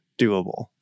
doable